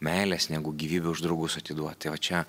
meilės negu gyvybę už draugus atiduot tai va čia